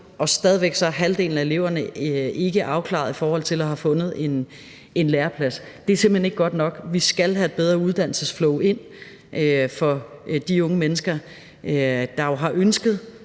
og stadig væk er halvdelen af eleverne ikke afklaret i forhold til at have fundet en læreplads. Det er simpelt hen ikke godt nok. Vi skal have et bedre uddannelsesflow ind for de unge mennesker, der jo har ønsket